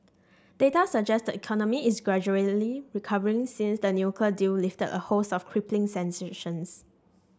data suggest the economy is gradually recovering since the nuclear deal lifted a host of crippling sanctions